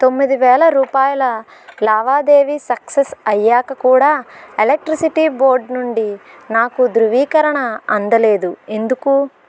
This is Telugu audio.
తొమ్మిది వేల రూపాయల లావాదేవీ సక్సెస్ అయ్యాక కూడా ఎలక్ట్రిసిటీ బోర్డ్ నుండి నాకు ధ్రువీకరణ అందలేదు ఎందుకు